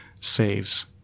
saves